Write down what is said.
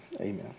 Amen